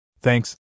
Thanks